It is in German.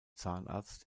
zahnarzt